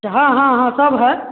हाँ हाँ हाँ सब है